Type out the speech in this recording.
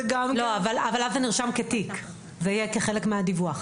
אבל אז זה נרשם כתיק והוא יהיה כחלק מהדיווח.